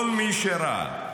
כל מי שראה,